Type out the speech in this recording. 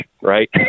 right